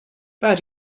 but